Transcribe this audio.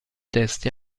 testi